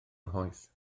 nghoes